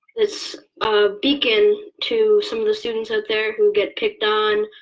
it's a beacon to some of the students out there who get picked on.